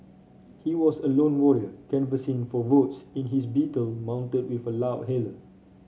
he was a lone warrior canvassing for votes in his Beetle mounted with a loudhailer